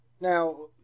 now